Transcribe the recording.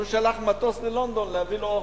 הוא שלח מטוס ללונדון להביא לו אוכל.